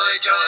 joy